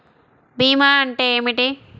భీమా అంటే ఏమిటి?